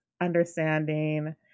understanding